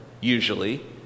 usually